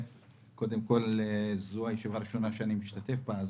קודם כל זוהי הישיבה הראשונה שאני משתתף בה,